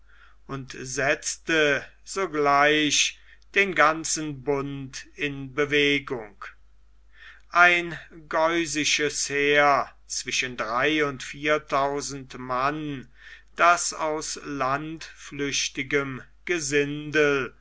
und setzte sogleich den ganzen bund in bewegung ein geusisches heer zwischen drei und viertausend mann das aus landflüchtigem gesindel